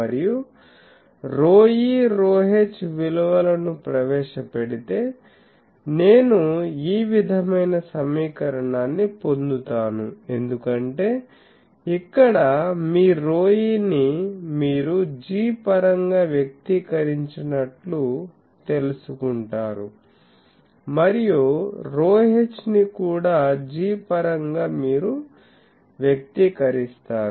మరియు ρe ρh విలువలను ప్రవేశపెడితే నేను ఈ విధమైన సమీకరణాన్ని పొందుతాను ఎందుకంటే ఇక్కడ మీ ρe ని మీరు G పరంగా వ్యక్తీకరించినట్లు తెలుసుకుంటారు మరియు ρh ని కూడా G పరంగా మీరు వ్యక్తీకరిస్తారు